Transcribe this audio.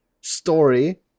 story